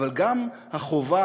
אבל גם החובה